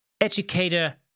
educator